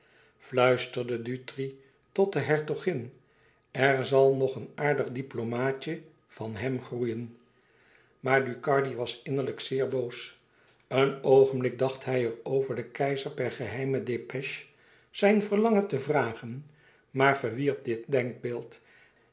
dutri tot de hertogin er zal nog een aardig diplomaatje van hem groeien maar ducardi was innerlijk zeer boos een oogenblik dacht hij er over den keizer per geheime depêche zijn verlangen te vragen maar verwierp dit denkbeeld